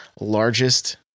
largest